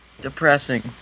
Depressing